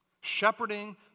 shepherding